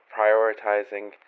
prioritizing